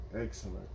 excellent